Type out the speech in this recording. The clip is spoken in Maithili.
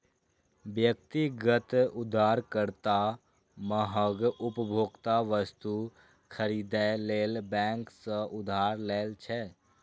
व्यक्तिगत उधारकर्ता महग उपभोक्ता वस्तु खरीदै लेल बैंक सं उधार लै छै